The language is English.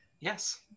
Yes